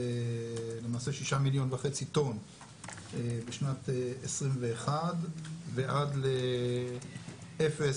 למעשה 6.5 מיליון טון בשנת 2021 ועד לאפס